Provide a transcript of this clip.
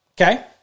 okay